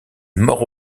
mort